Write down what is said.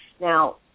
Now